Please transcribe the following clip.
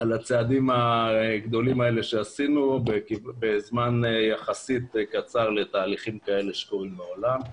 הצעדים הגדולים האלה שעשינו בזמן יחסית קצר לתהליכים כאלה שקורים בעולם.